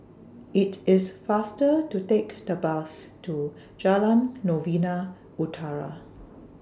IT IS faster to Take The Bus to Jalan Novena Utara